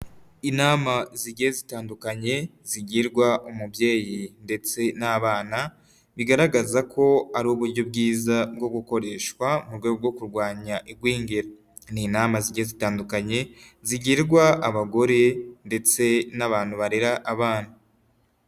Inama zigiye zitandukanye zigirwa umubyeyi ndetse n'abana bigaragaza ko ari uburyo bwiza bwo gukoreshwa mu rwego rwo kurwanya igwingira, ni inama zigiye zitandukanye zigirwa abagore ndetse n'abantu barera abana.